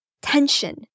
tension